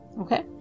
okay